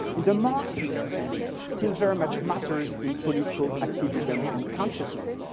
in the marxist sense, still very much matters in political activism and consciousness.